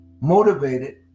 motivated